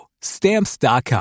Stamps.com